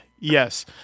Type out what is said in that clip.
Yes